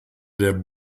der